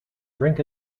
drink